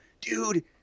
dude